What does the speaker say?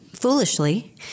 Foolishly